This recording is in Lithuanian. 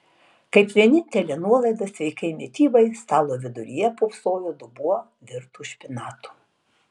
kaip vienintelė nuolaida sveikai mitybai stalo viduryje pūpsojo dubuo virtų špinatų